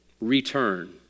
return